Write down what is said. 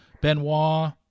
Benoit